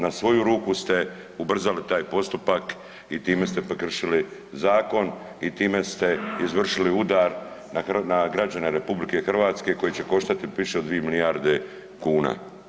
Na svoju ruku ste ubrzali taj postupak i time ste prekršili zakon i time ste izvršili udar na građane RH koje će koštati više od 2 milijarde kuna.